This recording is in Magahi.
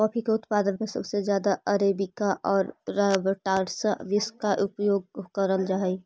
कॉफी के उत्पादन में सबसे ज्यादा अरेबिका और रॉबस्टा बींस का उपयोग करल जा हई